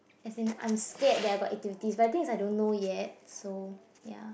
as in I'm scare that got activities but I think I don't know yet so ya